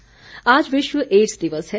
ads दिवस आज विश्व एड्स दिवस है